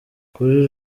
kuri